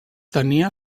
tenia